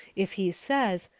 if he says,